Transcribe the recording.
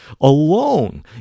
alone